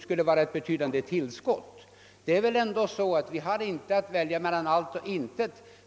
skulle vara ett värdefullt tillskott. Vi har inte att välja mellan allt och intet.